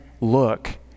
look